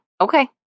okay